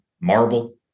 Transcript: marble